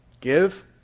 Give